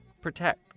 Protect